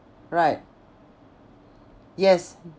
right yes